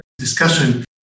discussion